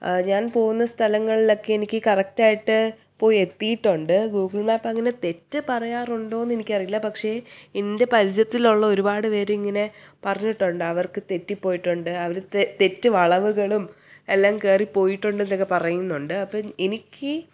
ഞാൻ പോവുന്ന സ്ഥലങ്ങളിലൊക്കെ എനിക്ക് കറക്റ്റ് ആയിട്ട് പോയി എത്തിയിട്ടുണ്ട് ഗൂഗിൾ മാപ്പ് അങ്ങനെ തെറ്റ് പറയാറുണ്ടോ എന്ന് എനിക്ക് അറിയില്ല പക്ഷേ എൻ്റെ പരിചയത്തിലുള്ള ഒരുപാട് പേര് ഇങ്ങനെ പറഞ്ഞിട്ടുണ്ട് അവർക്ക് തെറ്റി പോയിട്ടുണ്ട് അവർ തെ തെറ്റ് വളവുകളും എല്ലാം കയറി പോയിട്ടുണ്ട് എന്നൊക്കെ പറയുന്നുണ്ട് അപ്പോൾ എനിക്ക്